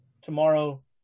tomorrow